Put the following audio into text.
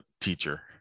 teacher